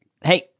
Hey